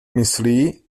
myslí